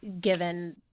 given